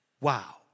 Wow